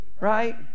Right